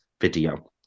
video